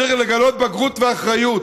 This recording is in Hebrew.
צריך לגלות בגרות ואחריות.